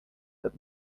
that